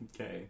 Okay